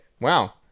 Wow